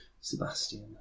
Sebastian